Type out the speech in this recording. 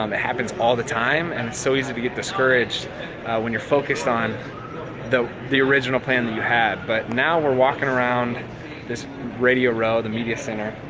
um it happens all the time and it's so easy to get discouraged when you're focused on the the original plan that you had, but now we're walking around this radio row. the media center.